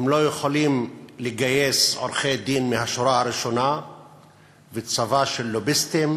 הם לא יכולים לגייס עורכי-דין מהשורה הראשונה וצבא של לוביסטים